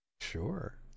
sure